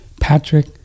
Patrick